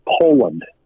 Poland